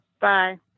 Bye